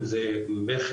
אם זה מכר,